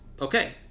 Okay